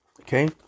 Okay